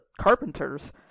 carpenters